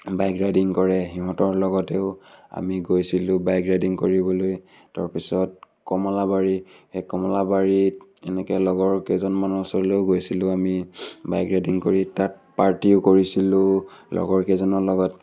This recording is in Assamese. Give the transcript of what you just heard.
বাইক ৰাইডিং কৰে সিহঁতৰ লগতেও আমি গৈছিলোঁ বাইক ৰাইডিং কৰিবলৈ তাৰপিছত কমলাবাৰী সেই কমলাবাৰীত এনেকৈ লগৰ কেইজনমানৰ ওচৰলৈও গৈছিলোঁ আমি বাইক ৰাইডিং কৰি তাত পাৰ্টিও কৰিছিলোঁ লগৰ কেইজনৰ লগত